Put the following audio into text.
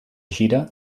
gira